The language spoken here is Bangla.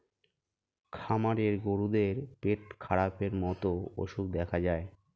খামারের গরুদের পেটখারাপের মতো অসুখ দেখা যায়